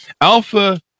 Alpha